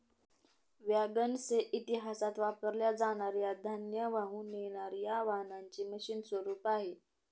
wagons हे इतिहासात वापरल्या जाणार या धान्य वाहून नेणार या वाहनांचे मशीन स्वरूप आहे